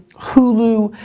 hulu,